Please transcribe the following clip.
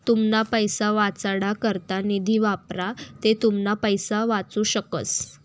तुमना पैसा वाचाडा करता निधी वापरा ते तुमना पैसा वाचू शकस